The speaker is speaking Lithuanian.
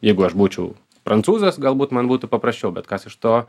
jeigu aš būčiau prancūzas galbūt man būtų paprasčiau bet kas iš to